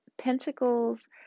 Pentacles